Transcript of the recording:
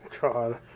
god